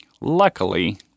Luckily